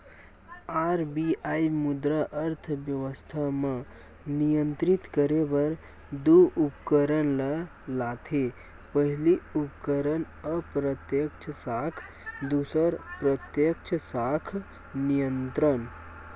RBI मुद्रा अर्थबेवस्था म नियंत्रित करे बर दू उपकरन ल लाथे पहिली उपकरन अप्रत्यक्छ साख दूसर प्रत्यक्छ साख नियंत्रन